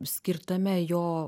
skirtame jo